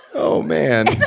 oh, man